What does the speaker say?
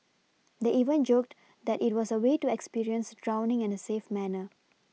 they even joked that it was a way to experience drowning in a safe manner